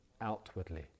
outwardly